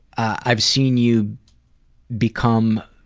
i've seen you become